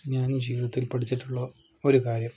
ഞാനീ ജീവിതത്തിൽ പഠിച്ചിട്ടുള്ള ഒരു കാര്യം